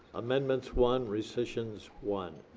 amendments one, recessions, one.